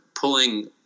pulling